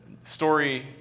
story